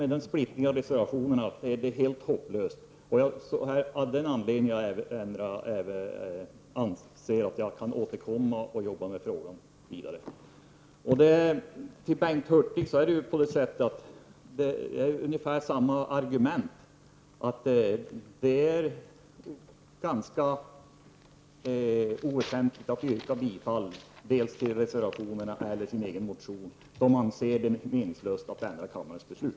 Med den splittring av reservationerna som föreligger blir det helt hopplöst. Det är av den anledningen jag anser att jag kan återkomma och arbeta vidare med frågan. Till Bengt Hurtig kan jag framföra ungefär samma argument. Det är ganska meningslöst att yrka bifall till reservationerna eller sin egen motion. Det kommer inte att ändra kammarens beslut.